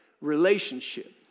relationship